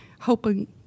hoping